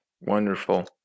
Wonderful